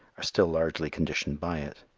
are still largely conditioned by it.